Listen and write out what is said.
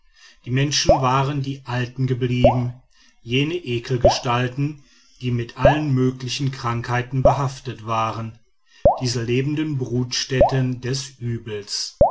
die menschen waren die alten geblieben jene ekelgestalten die mit allen möglichen krankheiten behaftet waren diese lebenden brutstätten des übels